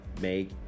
Make